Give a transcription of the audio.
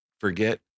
forget